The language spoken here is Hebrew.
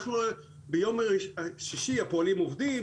ביום שישי בנק הפועלים עובד,